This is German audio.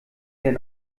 denn